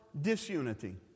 disunity